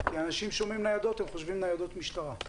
כי אנשים שומעים ניידות, הם חושבים ניידות משטרה.